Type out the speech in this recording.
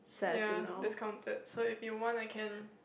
ya discounted so if you want I can